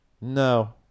No